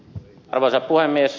arvoisa puhemies